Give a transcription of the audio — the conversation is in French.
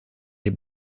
des